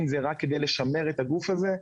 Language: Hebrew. אם זה רק כדי לשמר את הגוף הזה,